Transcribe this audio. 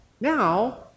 now